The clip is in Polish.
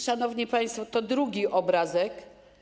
Szanowni państwo, to drugi obrazek.